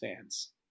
fans